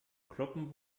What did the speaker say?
kloppen